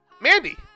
Mandy